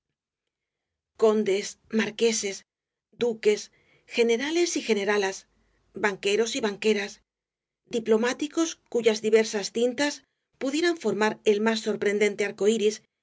condes marqueses duques generales y generalas banqueros y banqueras diplomáticos cuyas diversas tintas pudieran formar el más sorprendente